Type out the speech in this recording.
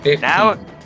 Now